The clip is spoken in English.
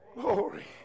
Glory